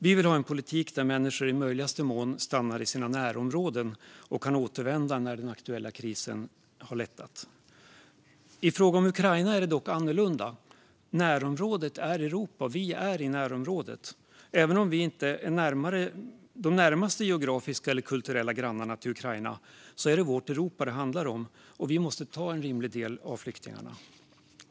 Vi vill ha en politik för att människor i möjligaste mån ska stanna i sina närområden och kunna återvända när den aktuella krisen har lättat. I fråga om Ukraina är det dock annorlunda. Närområdet är Europa, och vi är i närområdet. Även om vi inte är Ukrainas närmaste geografiska eller kulturella granne är det vårt Europa det handlar om, och vi måste ta emot en rimlig del av flyktingarna.